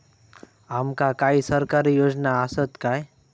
आमका काही सरकारी योजना आसत काय?